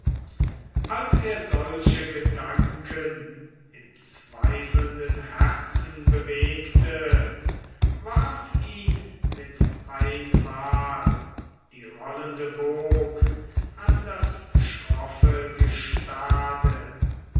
als er solche gedanken im zweifelnden herzen bewegte warf ihn mit einmal die rollende wog an das schroffe gestade